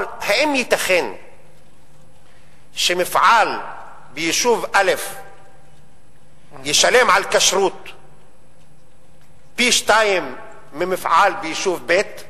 אבל האם ייתכן שמפעל ביישוב א' ישלם על כשרות פי-שניים ממפעל ביישוב ב'?